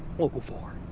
local four.